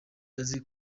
azi